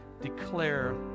declare